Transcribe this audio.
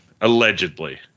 allegedly